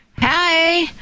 Hi